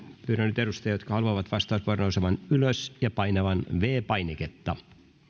pyydän nyt edustajia jotka haluavat vastauspuheenvuoron nousemaan ylös ja painamaan viides painiketta